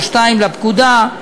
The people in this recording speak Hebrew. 2(1) או 2(2) לפקודה",